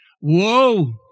Whoa